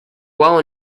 well